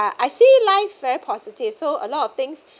I see life very positive so a lot of things